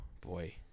boy